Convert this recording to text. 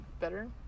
better